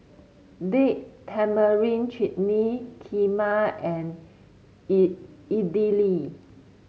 Date Tamarind Chutney Kheema and E Idili